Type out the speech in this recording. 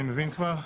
אני מבין כבר.